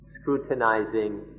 scrutinizing